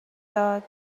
داد